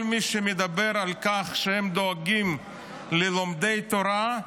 כל מי שמדבר על כך שהם דואגים ללומדי תורה,